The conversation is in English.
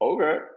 Okay